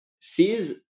sees